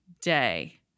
day